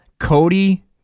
Cody